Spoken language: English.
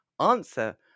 Answer